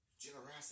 Generosity